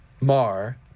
Mar